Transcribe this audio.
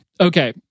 Okay